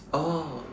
oh